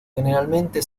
generalmente